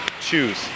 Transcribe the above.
choose